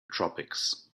tropics